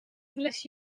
unless